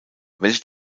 welche